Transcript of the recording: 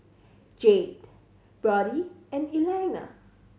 Jade Brody and Elaina